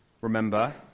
Remember